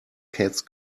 cats